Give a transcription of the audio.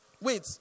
Wait